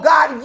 God